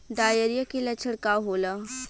Diarrhoea के लक्षण का होला?